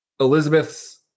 Elizabeth's